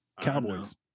Cowboys